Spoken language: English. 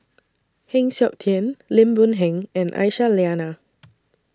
Heng Siok Tian Lim Boon Heng and Aisyah Lyana